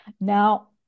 Now